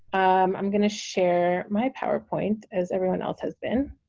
um i'm going to share my powerpoint as everyone else has been.